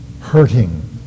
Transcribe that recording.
hurting